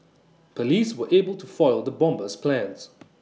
Police were able to foil the bomber's plans